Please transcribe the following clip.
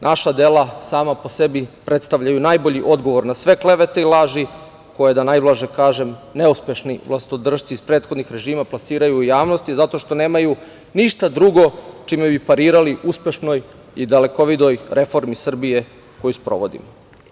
Naša dela sama po sebi predstavljaju najbolji odgovor na sve klevete i laži koje, da najblaže kažem, neuspešni vlastodršci iz prethodnih režima plasiraju u javnosti, zato što nemaju ništa drugo čime bi parirali uspešnoj i dalekovidoj reformi Srbije koju sprovodimo.